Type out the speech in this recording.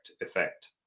effect